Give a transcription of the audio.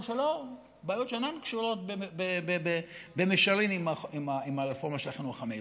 בעיות שאינן קשורות במישרין לרפורמה של החינוך המיוחד,